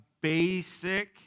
basic